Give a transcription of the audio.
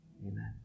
Amen